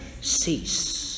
cease